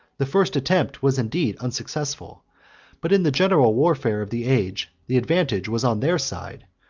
the first attempt was indeed unsuccessful but in the general warfare of the age, the advantage was on their side,